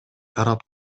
тарап